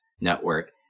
network